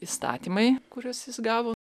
įstatymai kuriuos jis gavo